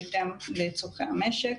בהתאם לצורכי המשק.